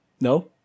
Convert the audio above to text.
No